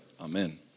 amen